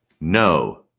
No